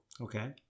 Okay